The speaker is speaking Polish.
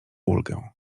ulgę